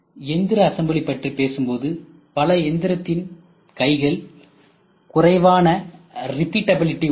எந்திர அசம்பிளி பற்றிப் பேசும்போது பல எந்திரத்தின் கைகள் குறைவான ரிபிட்டபிலிடி உடையது